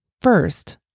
first